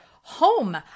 Home